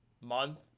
month